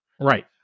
Right